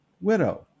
widow